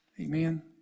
Amen